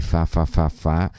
Fa-fa-fa-fa